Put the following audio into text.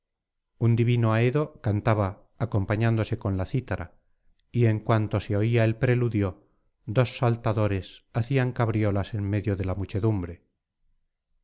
un divino aedo cantaba acompañándose con la cítara y en cuanto se oía el preludio dos saltadores hacían cabriolas en medio de la muchedumbre